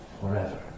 forever